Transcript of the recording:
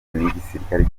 n’igisirikare